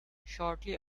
shortly